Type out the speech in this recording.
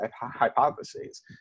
hypotheses